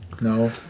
No